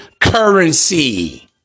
currency